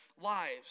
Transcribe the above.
lives